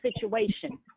situation